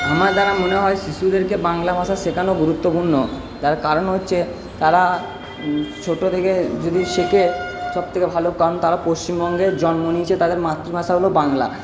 আমার দ্বারা মনে হয় শিশুদেরকে বাংলা ভাষা শেখানো গুরুত্বপূর্ণ তার কারণ হচ্ছে তারা ছোটো থেকে যদি শেখে সবথেকে ভালো কারণ তারা পশ্চিমবঙ্গে জন্ম নিয়েছে তাদের মাতৃভাষা হল বাংলা